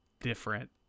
different